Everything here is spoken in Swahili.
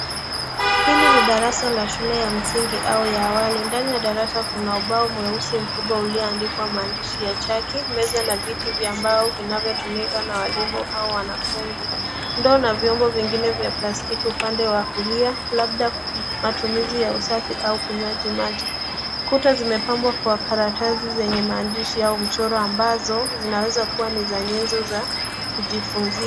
Hili ni darasa la shule ya msingi au ya awali. Ndani ya darasa kuna ubao mweusi mkubwa uliyoandikwa maandishi kwa chaki. Meza na viti vya mbao vinavyotumika na walimu au wanafunzi. Ndoo na vyombo vingine vya plastiki upande wa kulia, labda kwa matumizi ya usafi au ukunywaji maji. Kuta zimepambwa kwa karatasi zenye maandishi au mchoro, ambazo zinaweza kuwa ni za nyenzo za kujifunzia.